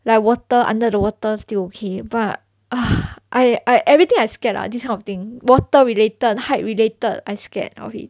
like water under the water still okay but I I everything I scared lah this kind of thing water related height related I scared of it